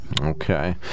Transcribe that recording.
Okay